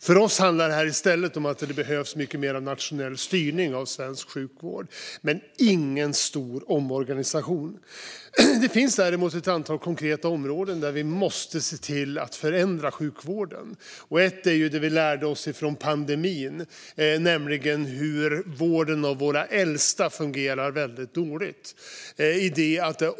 För oss handlar det här i stället om att det behövs mer nationell styrning av svensk sjukvård - men ingen stor omorganisation. Det finns däremot ett antal konkreta områden där vi måste se till att förändra sjukvården. Ett område är det vi lärde oss från pandemin, nämligen att vården av våra äldsta fungerar dåligt.